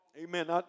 Amen